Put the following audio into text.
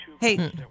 Hey